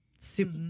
Super